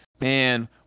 man